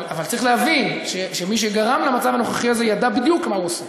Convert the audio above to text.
אבל צריך להבין שמי שגרם למצב הנוכחי הזה ידע בדיוק מה הוא עושה,